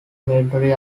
military